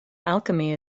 alchemy